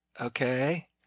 Okay